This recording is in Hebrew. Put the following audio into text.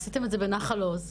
עשיתם את זה בנחל עוז,